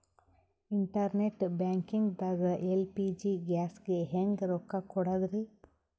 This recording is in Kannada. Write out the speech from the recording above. ಇಂಟರ್ನೆಟ್ ಬ್ಯಾಂಕಿಂಗ್ ದಾಗ ಎಲ್.ಪಿ.ಜಿ ಗ್ಯಾಸ್ಗೆ ಹೆಂಗ್ ರೊಕ್ಕ ಕೊಡದ್ರಿ?